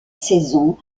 saison